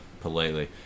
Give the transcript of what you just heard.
politely